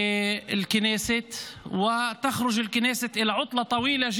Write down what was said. קריאה: --- ערבית --- את, אל תתערבי.